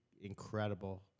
incredible